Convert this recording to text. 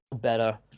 better